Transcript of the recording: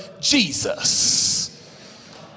Jesus